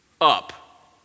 up